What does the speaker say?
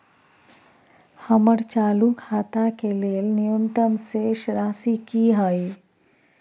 हमर चालू खाता के लेल न्यूनतम शेष राशि की हय?